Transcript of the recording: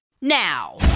now